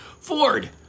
Ford